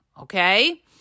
okay